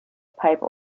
pipe